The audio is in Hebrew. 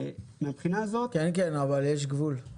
כן, אבל יש גבול.